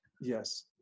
Yes